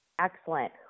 Excellent